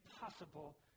impossible